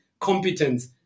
competence